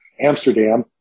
Amsterdam